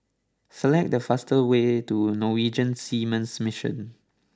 select the fastest way to Norwegian Seamen's Mission